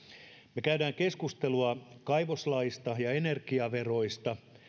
me käymme keskustelua kaivoslaista ja energiaveroista